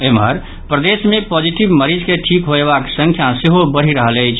एम्हर प्रदेश मे पॉजिटिव मरीज के ठीक होयबाक संख्या सेहो बढ़ि रहल अछि